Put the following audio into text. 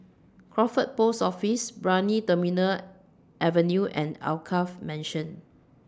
Crawford Post Office Brani Terminal Avenue and Alkaff Mansion